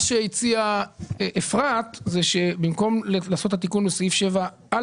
מה שהציעה אפרת זה שבמקום לעשות את התיקון בסעיף 7ב